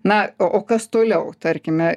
na o o kas toliau tarkime